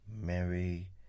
Mary